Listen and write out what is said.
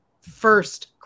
first